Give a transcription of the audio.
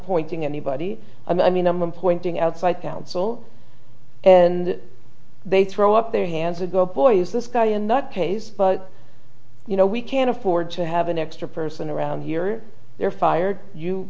appointing anybody i mean i'm pointing out so i counsel and they throw up their hands or go boys this guy in that case but you know we can't afford to have an extra person around here they're fired you